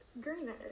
greener